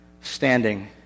standing